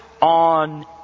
on